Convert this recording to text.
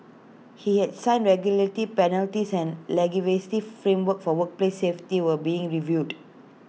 he had signed penalties and framework for workplace safety were being reviewed